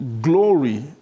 Glory